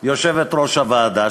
יושבת-ראש הוועדה,